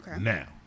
now